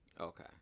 Okay